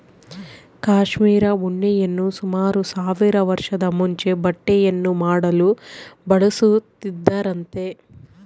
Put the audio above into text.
cashmere ಉಣ್ಣೆಯನ್ನು ಸುಮಾರು ಸಾವಿರ ವರ್ಷದ ಮುಂಚೆ ಬಟ್ಟೆಯನ್ನು ಮಾಡಲು ಬಳಸುತ್ತಿದ್ದರಂತೆ